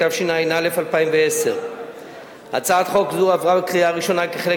התשע"א 2011. הצעת חוק זו עברה בקריאה ראשונה כחלק